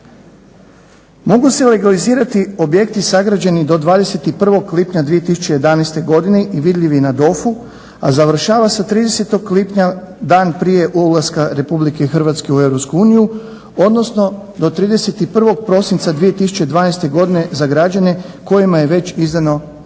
Mogu se legalizirati objekti sagrađeni do 21. lipnja 2011. godine i vidljivi na DOF-u, a završava se 30. lipnja dan prije ulaska RH u EU, odnosno do 31. prosinca 2012. godine za građane kojima je već izdano rješenje